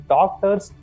Doctors